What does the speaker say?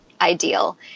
ideal